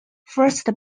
first